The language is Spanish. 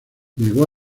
llegó